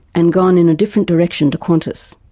and gone in a different direction to qantas.